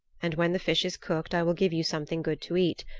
and when the fish is cooked i will give you something good to eat.